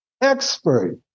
expert